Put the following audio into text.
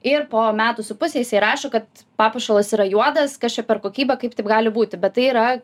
ir po metų su puse jisai rašo kad papuošalas yra juodas kas čia per kokybė kaip taip gali būti bet tai yra